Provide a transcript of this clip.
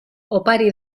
opari